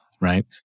right